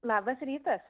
labas rytas